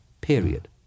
period